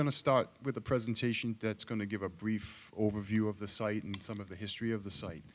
going to start with a presentation that's going to give a brief overview of the site and some of the history of the site